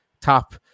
top